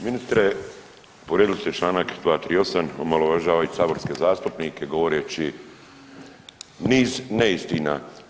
Ministre povrijedili ste članak 238. omalovažavajući saborske zastupnike govoreći niz neistina.